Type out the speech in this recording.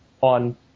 on